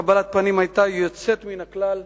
קבלת הפנים היתה יוצאת מן הכלל.